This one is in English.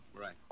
Right